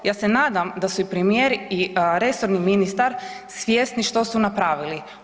Ja se nadam da su i premijer i resorni ministar svjesni što su napravili.